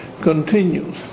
continues